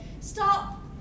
stop